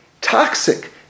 toxic